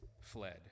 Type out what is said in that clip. fled